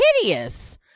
hideous